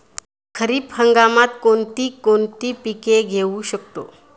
खरीप हंगामात आपण कोणती कोणती पीक घेऊ शकतो?